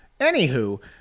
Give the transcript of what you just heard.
Anywho